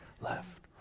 left